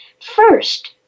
First